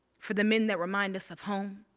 for the men that remind us of home.